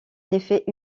effet